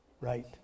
Right